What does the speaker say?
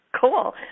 Cool